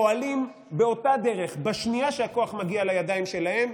פועלים באותה דרך בשנייה שהכוח מגיע לידיים שלהם,